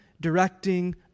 directing